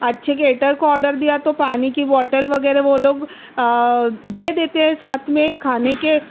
اچھے کیٹر کو آڈر دیا تو پانی کی بوٹل وغیرہ وہ لوگ دے دیتے ہیں ساتھ میں کھانے کے